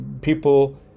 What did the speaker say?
people